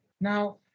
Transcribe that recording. Now